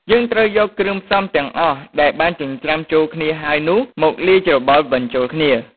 យើងត្រូវយកគ្រឿងផ្សំទាំងអស់ដែលបានចិញ្ច្រាំចូលគ្នាហើយនោះ មកលាយច្របល់បញ្ចូលគ្នា។